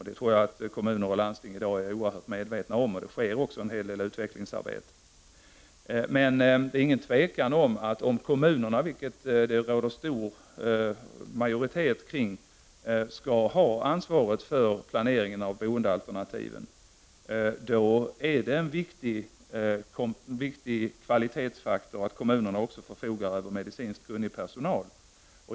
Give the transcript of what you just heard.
Det tror jag att kommuner och landsting i dag är mycket medvetna om, och det sker också en hel del utvecklingsarbete. Det är emellertid inget tvivel om, att om kommunerna skall ha ansvaret för planering av boendealternativen, vilket det finns en stor majoritet för, är det viktigt med tanke på kvaliteten att kommunerna också förfogar över medicinskt kunnig personal.